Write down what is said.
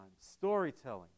Storytelling